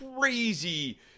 crazy